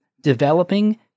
developing